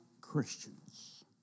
Christians